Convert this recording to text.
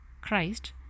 Christ